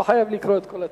לא חייב לקרוא את כל הטקסט.